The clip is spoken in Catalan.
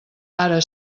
ara